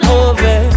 over